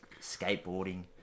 skateboarding